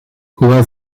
hoewel